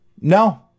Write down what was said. no